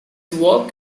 work